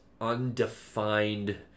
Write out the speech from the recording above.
undefined